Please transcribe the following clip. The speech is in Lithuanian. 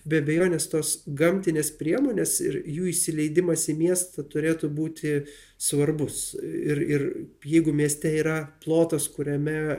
be abejonės tos gamtinės priemonės ir jų įsileidimas į miestą turėtų būti svarbus ir ir jeigu mieste yra plotas kuriame